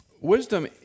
Wisdom